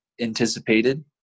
anticipated